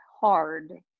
hard